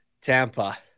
Tampa